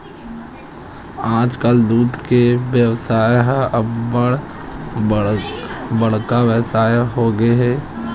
आजकाल दूद के बेवसाय ह अब्बड़ बड़का बेवसाय होगे हे